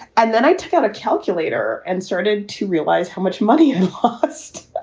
and then i took out a calculator and started to realize how much money lost